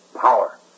Power